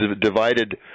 divided